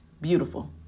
beautiful